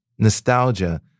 Nostalgia